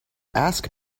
ask